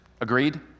agreed